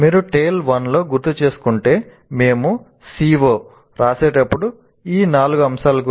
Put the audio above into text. మీరు TALE 1 లో గుర్తుచేసుకుంటే మేము CO వ్రాసేటప్పుడు ఈ నాలుగు అంశాల గురించి మాట్లాడాము